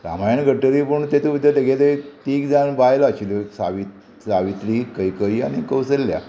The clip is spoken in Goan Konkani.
रामायण घडटरी पूण तेतूं भितर तेगेले तीग जाण बायलो आशिल्ल्यो सावि सावित्री कैयकयी आनी कौसल्या